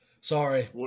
Sorry